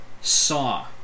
saw